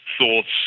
thoughts